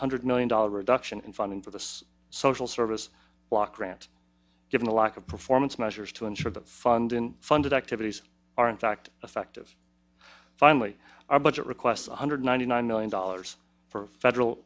hundred million dollars reduction in funding for this social service block grant given a lack of performance measures to ensure that funding funded activities are in fact effective finally our budget request one hundred ninety nine million dollars for federal